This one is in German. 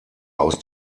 aus